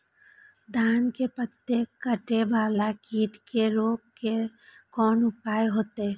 धान के पत्ता कटे वाला कीट के रोक के कोन उपाय होते?